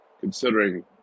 considering